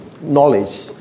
knowledge